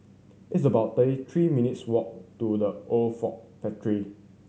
it's about thirty three minutes' walk to The Old Ford Factory